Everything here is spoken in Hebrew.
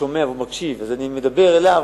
ושומע ומקשיב, אז אני מדבר אליו.